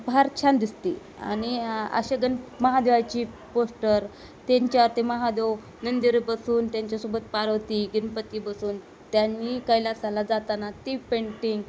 फार छान दिसते आणि अशा गण महादेवाची पोस्टर त्यांच्यावर ते महादेव नंदीवर बसून त्यांच्यासोबत पार्वती गणपती बसून त्यांनी कैलासाला जाताना ती पेंटिंग